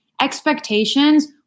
expectations